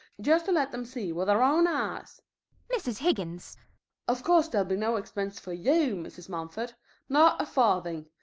just to let them see with their own eyes mrs. higgins of course there'll be no expense for you, mrs. mumford not a farthing.